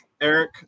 eric